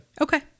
Okay